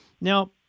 Now